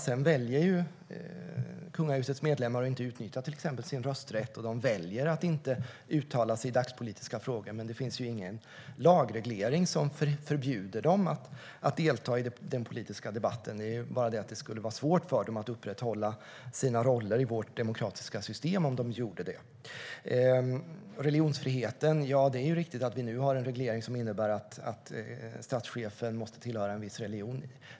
Sedan väljer kungahusets medlemmar att till exempel inte utnyttja sin rösträtt, och de väljer att inte uttala sig i dagspolitiska frågor. Men det finns ingen lagreglering som förbjuder dem att delta i den politiska debatten. Det är bara det att det skulle vara svårt för dem att upprätthålla sina roller i vårt demokratiska system om de gjorde det. Beträffande religionsfriheten: Det är riktigt att vi nu har en reglering som innebär att statschefen måste tillhöra en viss religion.